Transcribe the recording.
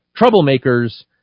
troublemakers